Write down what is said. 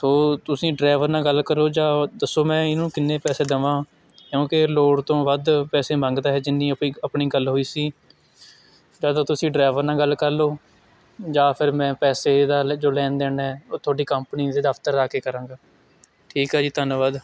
ਸੋ ਤੁਸੀਂ ਡਰਾਇਵਰ ਨਾਲ ਗੱਲ ਕਰੋ ਜਾਂ ਦੱਸੋ ਮੈਂ ਇਹਨੂੰ ਕਿੰਨੇ ਪੈਸੇ ਦੇਵਾਂ ਕਿਉਂਕਿ ਲੋੜ ਤੋਂ ਵੱਧ ਪੈਸੇ ਮੰਗਦਾ ਹੈ ਜਿੰਨੀ ਆਪਣੀ ਗੱਲ ਹੋਈ ਸੀ ਜਾਂ ਤਾਂ ਤੁਸੀਂ ਡਰਾਇਵਰ ਨਾਲ ਗੱਲ ਕਰ ਲਉ ਜਾਂ ਫਿਰ ਮੈਂ ਪੈਸੇ ਦਾ ਜੋ ਲੈਣ ਦੇਣ ਹੈ ਉਹ ਤੁਹਾਡੀ ਕੰਪਨੀ ਦੇ ਦਫਤਰ ਆ ਕੇ ਕਰਾਂਗਾ ਠੀਕ ਆ ਜੀ ਧੰਨਵਾਦ